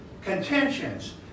contentions